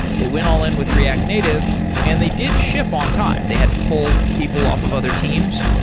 they went all-in with react native and they did ship on time. they had to pull people off of other teams,